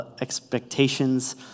expectations